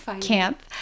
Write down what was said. camp